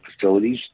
facilities